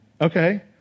Okay